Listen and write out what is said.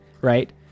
right